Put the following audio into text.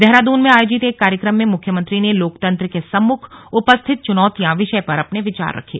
देहरादून में आयोजित एक कार्यक्रम में मुख्यमंत्री ने लोकतंत्र के सम्मुख उपस्थित चुनौतियां विषय पर अपने विचार रखे